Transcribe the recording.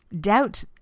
doubt